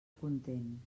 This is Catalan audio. content